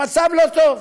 המצב לא טוב,